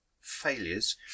failures